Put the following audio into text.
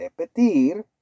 repetir